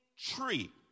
tree